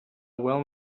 well